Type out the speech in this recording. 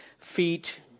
feet